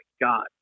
God